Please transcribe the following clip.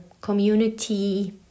community